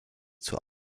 zur